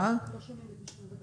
אנו מבינים שזה אירוע ענק של הקדמת